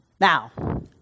Now